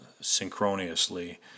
synchronously